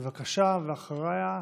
בבקשה, ואחריה,